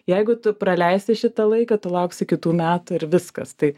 jeigu tu praleisi šitą laiką tu lauksi kitų metų ir viskas tai